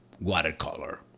Watercolor